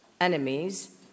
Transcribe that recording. enemies